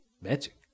Magic